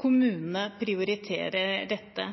kommunene prioriterer dette.